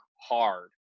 hard